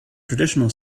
traditional